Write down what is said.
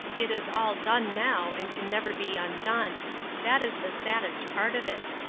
it is all done now, and can never be undone that is the saddest part of it.